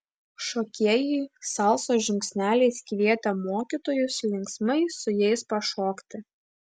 šokėjai salsos žingsneliais kvietė mokytojus linksmai su jais pašokti